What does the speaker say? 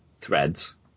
threads